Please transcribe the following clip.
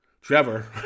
Trevor